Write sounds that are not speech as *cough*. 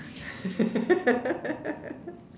*laughs*